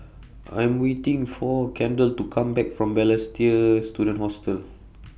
I Am waiting For Kendal to Come Back from Balestier Student Hostel